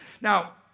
Now